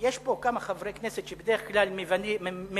יש פה כמה חברי כנסת שבדרך כלל מבלים